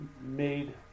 made